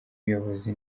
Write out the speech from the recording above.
y’ubuyobozi